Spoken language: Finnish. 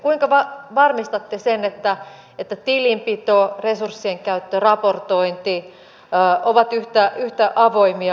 kuinka varmistatte sen että tilinpito resurssien käyttö ja raportointi ovat yhtä avoimia